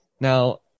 now